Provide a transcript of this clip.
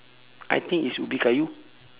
I think it's ubi kayu